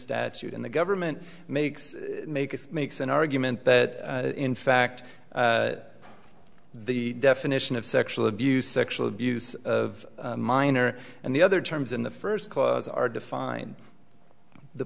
statute and the government makes make it makes an argument that in fact the definition of sexual abuse sexual abuse of minor and the other terms in the first clause are defined the